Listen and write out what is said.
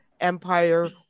empire